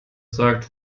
sagt